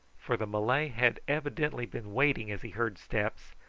for the malay had evidently been waiting as he heard steps,